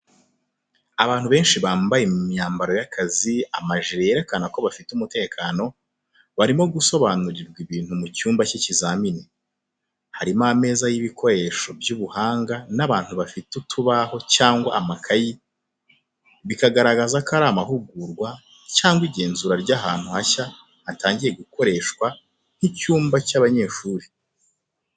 Abantu benshi bambaye imyambaro y'akazi amajire yerekana ko bafite umutekano, barimo gusobanurirwa ibintu mu cyumba cy’ikizamini. Harimo ameza y’ibikoresho by'ubuhanga n’abantu bafite utubaho cyangwa amakayi, bikagaragaza ko ari amahugurwa cyangwa igenzura ry’ahantu hashya hatangiye gukoreshwa nk’icyumba cy’abanyeshuri.